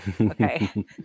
Okay